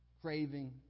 craving